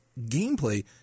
gameplay